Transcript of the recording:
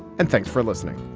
and thanks for listening